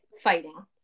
fighting